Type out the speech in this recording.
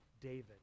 David